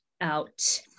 out